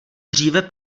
dříve